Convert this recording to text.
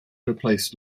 replaced